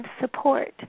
support